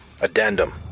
Addendum